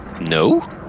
No